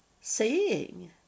seeing